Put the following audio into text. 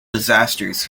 disasters